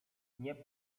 nie